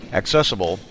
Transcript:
accessible